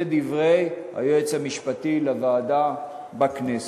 זה דברי היועץ המשפטי לוועדה בכנסת.